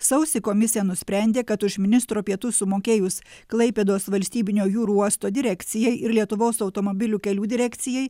sausį komisija nusprendė kad už ministro pietus sumokėjus klaipėdos valstybinio jūrų uosto direkcijai ir lietuvos automobilių kelių direkcijai